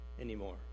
anymore